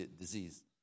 disease